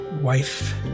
wife